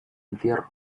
entierro